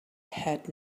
had